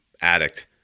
addict